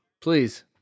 please